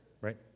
right